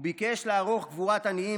הוא ביקש לערוך קבורת עניים,